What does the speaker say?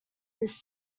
this